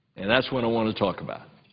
and that's what i want to talk about.